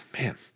Man